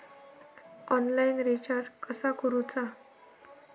Online recharge कसा करूचा?